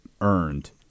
earned